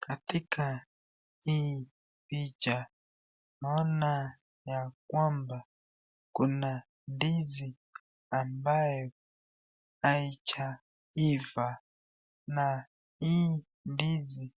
Katika hii picha naona ya kwamba kuna ndizi ambayo haijaiva na hii ndizi